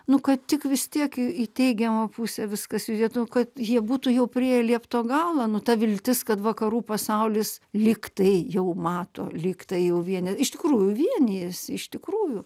nu kad tik visi tiek į į teigiamą pusę viskas judėtų nu kad jie būtų jau priėję liepto galą nu ta viltis kad vakarų pasaulis lyg tai jau mato lyg tai jau vieni iš tikrųjų vienijasi iš tikrųjų